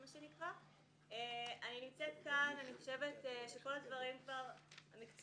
מה שנקרא- -- הם הצליחו להכניס לנו